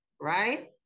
right